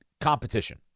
competition